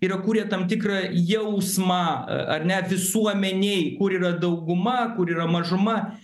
ir jie kuria tam tikrą jausmą ar ne visuomenėj kur yra dauguma kur yra mažuma